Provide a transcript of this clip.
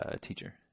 teacher